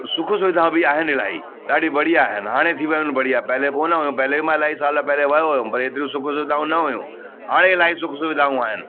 सुखु सुविधा बि आहिनि इलाही ॾाढी बढ़िया आहिनि हाणे थी वेयूं आहिनि बढ़िया पहले कोन हुओ पहले मां इलाही साल पहिरे वियो हुअमि पर हेतरियूं सुखु सुविधाऊं न हुयूं हाणे इलाही सुखु सुविधाऊं आहिनि